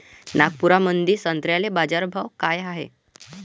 नागपुरामंदी संत्र्याले बाजारभाव काय हाय?